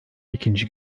ikinci